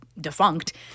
defunct